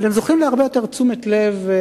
אבל הם זוכים להרבה יותר תשומת לב,